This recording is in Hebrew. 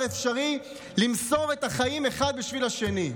אפשרי למסור את החיים אחד בשביל השני.